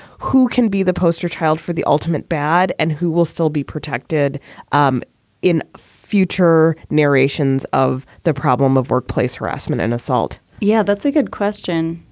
who can be the poster child for the ultimate bad and who will still be protected um in future narrations of the problem of workplace harassment and assault? yeah, that's a good question.